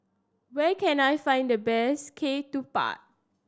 where can I find the best Ketupat